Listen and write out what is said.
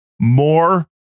more